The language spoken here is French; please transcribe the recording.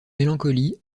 mélancolie